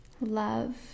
love